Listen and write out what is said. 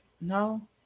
No